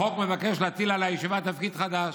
החוק מבקש להטיל על הישיבה תפקיד חדש: